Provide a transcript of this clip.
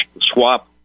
swap